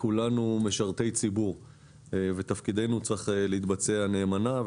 כולנו משרתי ציבור ותפקידנו צריך להתבצע נאמנה.